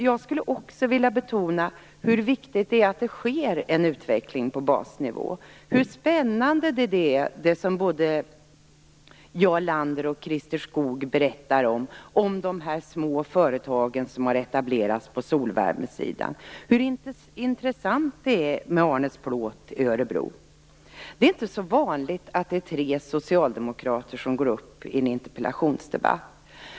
Jag skulle också vilja betona hur viktigt det är att det sker en utveckling på basnivå, hur spännande det är det som Jarl Lander och Christer Skoog berättar om de små företagen som har etablerats på solvärmesidan och hur intressant det är med Arnes Det är inte så vanligt att det är tre socialdemokrater som går upp i en interpellationsdebatt.